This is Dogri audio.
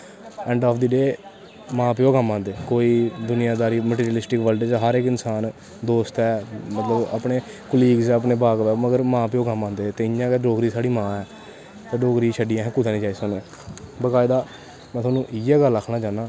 ऐंड ऑफ दी डे मां प्यो गै कम्म आंदे कोई दुनियांदारी मटिरिलिस्टिक बल्ड च दोस्त ऐ मतलव अपने कोलीगस ऐ अपनें बाकव ऐं पर मां प्यो गै कम्म आंदे ते इयां गै डोगरी साढ़ी मां ऐ ते डोगरी गी छड्डियै अस कुतै नी जाई सकदे बाकायदा में थोआनू इयै गल्ल आखना चाह्नां